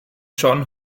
john